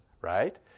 right